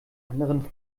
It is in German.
anderen